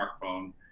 smartphone